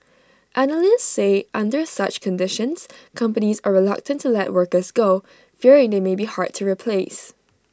analysts say under such conditions companies are reluctant to let workers go fearing they may be hard to replace